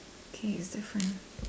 okay it's different